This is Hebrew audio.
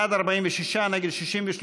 בעד, 46, נגד, 63,